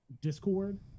Discord